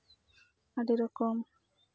ᱟᱹᱰᱤ ᱨᱚᱠᱚᱢ